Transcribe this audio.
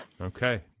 Okay